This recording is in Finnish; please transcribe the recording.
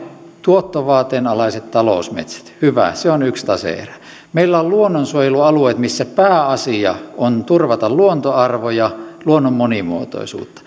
tuottovaateen alaiset talousmetsät hyvä se on yksi tase erä meillä on luonnonsuojelualueet missä pääasia on turvata luontoarvoja ja luonnon monimuotoisuutta